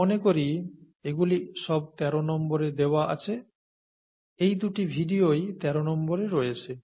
আমি মনে করি এগুলি সব 13 নম্বরে দেওয়া আছে এই দুটি ভিডিওই 13 নম্বরে রয়েছে